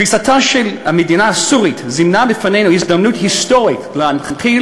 קריסתה של המדינה הסורית זימנה בפנינו הזדמנות היסטורית להנחיל